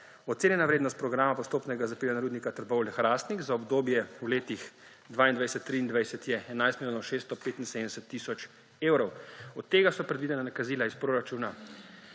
Ocenjena vrednost programa postopnega zapiranja Rudnika Trbovlje-Hrastnik za obdobje v letih 2022–2023 je 11 milijonov 675 tisoč evrov. Od tega so predvidena nakazila iz proračuna